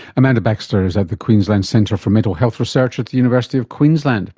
amanda baxter is at the queensland centre for mental health research at the university of queensland